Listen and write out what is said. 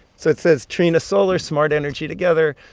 so it says trina solar, smart energy together,